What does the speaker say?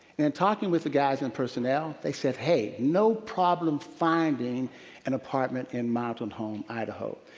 and talking with the guys in personnel, they said, hey, no problem finding an apartment in mountain home, idaho.